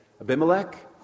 Abimelech